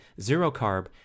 zero-carb